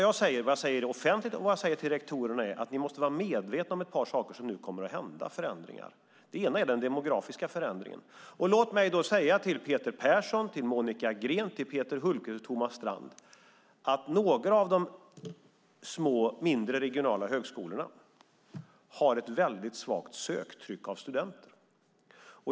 Jag säger offentligt och till rektorerna att de måste vara medvetna om de förändringar som kommer att ske. En sådan sak är den demografiska förändringen. Låt mig säga till Peter Persson, Monica Green, Peter Hultqvist och Thomas Strand att några av de mindre regionala högskolorna har ett svagt söktryck av studenter.